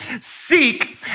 seek